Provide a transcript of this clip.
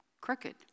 crooked